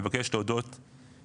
אז אני מבקש להודות לכולם,